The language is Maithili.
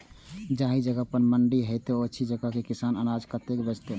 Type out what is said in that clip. जाहि जगह पर मंडी हैते आ ओहि जगह के किसान अनाज कतय बेचते?